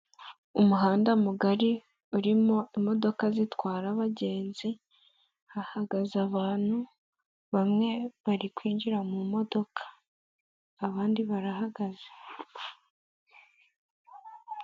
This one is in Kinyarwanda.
Umuhanda mugari urimo imodoka zitwara abagenzi, hahagaze abantu bamwe bari kwinjira mu modoka, abandi barahagaze.